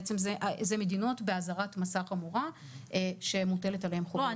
בעצם זה מדינות באזהרת מסע חמורה שמוטלת עליהם חובת בידוד --- לא,